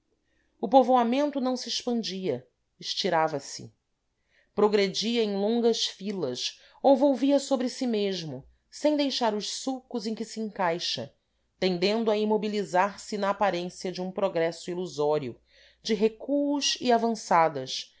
o povoamento não se expandia estirava se progredia em longas filas ou volvia sobre si mesmo sem deixar os sulcos em que se encaixa tendendo a imobilizar se na aparência de um progresso ilusório de recuos e avançadas